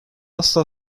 asla